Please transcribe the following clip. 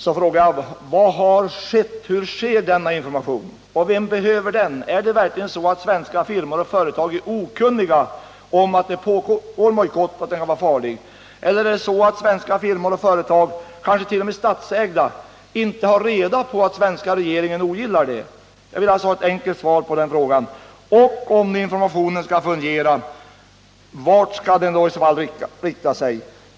Jag vill då ställa frågan: Hur ser denna information ut och vem behöver den? Är det verkligen så att svenska firmor och företag är okunniga om att det pågår en bojkott och att den kan vara farlig, eller är det så att svenska firmor och företag, kanske t.o.m. statsägda, inte har reda på att svenska regeringen ogillar det hela? Jag vill ha ett enkelt svar på frågorna. Jag vill också ha svar på frågan: Om informationen skall fungera, vart skall den i så fall rikta sig?